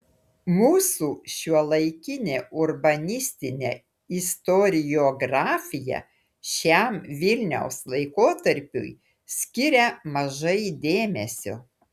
mūsų šiuolaikinė urbanistinė istoriografija šiam vilniaus laikotarpiui skiria mažai dėmesio